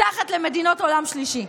מתחת למדינות עולם שלישי.